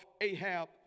Ahab